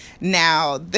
Now